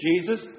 Jesus